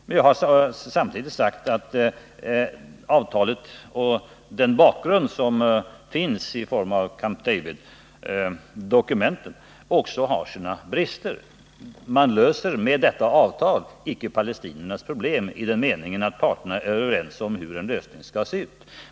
Men jag har samtidigt sagt att avtalet och den bakgrund som finns i form av Camp David-dokumenten också har sina brister. Man löser med detta avtal icke palestiniernas problem i den meningen att parterna är överens om hur en lösning skall se ut.